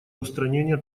устранения